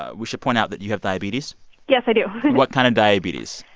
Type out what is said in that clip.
ah we should point out that you have diabetes yes, i do what kind of diabetes?